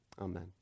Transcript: Amen